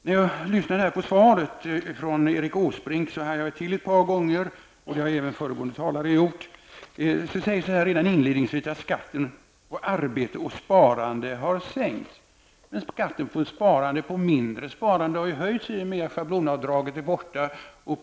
När jag lyssnade på svaret av Erik Åsbrink hajade jag till ett par gånger. Det har även föregående talare gjort. Det sägs redan inledningsvis i svaret att skatten på arbete och sparande har sänkts. Men skatten på mindre sparande har ju höjts i och med att schablonavdraget har tagits bort.